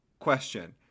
Question